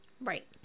Right